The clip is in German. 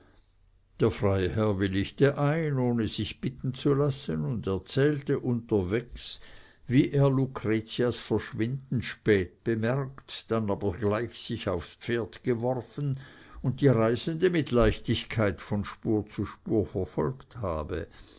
der freiherr willigte ein ohne sich bitten zu lassen und erzählte unterwegs wie er lucretias verschwinden spät bemerkt dann aber gleich sich aufs pferd geworfen und die reisende mit leichtigkeit von spur zu spur verfolgt habe